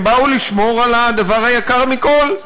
הם באו לשמור על הדבר היקר מכול,